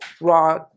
raw